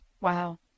Wow